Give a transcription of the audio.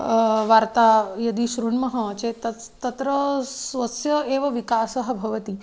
वार्ता यदि शृणुमः चेत् तस्य तत्र स्वस्य एव विकासः भवति